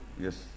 yes